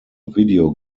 video